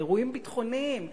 באירועים ביטחוניים,